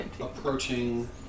approaching